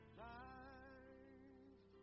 life